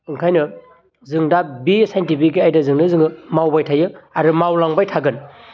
ओंखायनो जों दा बि साइनटिफिक आयदाजोंनो जोङो मावबाय थायो आरो मावलांबाय थागोन